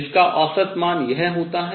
जिसका औसत मान यह होता है